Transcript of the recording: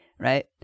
right